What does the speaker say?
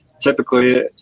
Typically